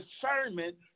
discernment